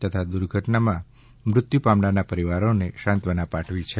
તથા દુર્ઘટનામાં મૃત્યુ પામનારના પરિવારોને સાંત્વના પાઠવી છે